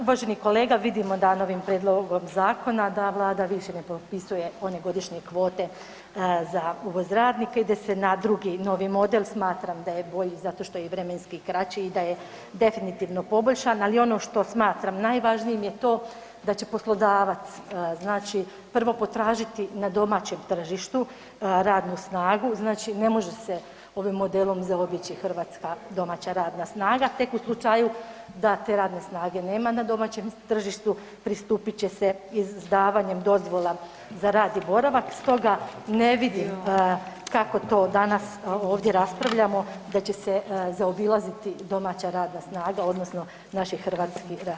Uvaženi kolega, vidimo da novim prijedlogom zakona da Vlada više ne potpisuje one godišnje kvote za uvoz radnika, ide se na drugi novi mode, smatram da je bolji zato što je i vremenski kraći i da je definitivno poboljšan, ali ono što smatram najvažnijim je to da će poslodavac prvo potražiti na domaćem tržištu radnu snagu, znači ne može se ovim modelom zaobići hrvatska domaća radna snaga, tek u slučaju da te radne snage nema na domaćem tržištu, pristupiti će se izdavanjem dozvola za rad i boravak, stoga ne vidim kako to danas ovdje raspravljamo, da će se zaobilaziti domaća radna snaga odnosno naši hrvatski radnici.